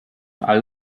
all